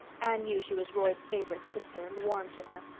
anne knew she was roy's favorite sister and warmed to her.